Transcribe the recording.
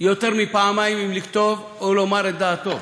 יותר מפעמיים אם לכתוב או לומר את דעתו,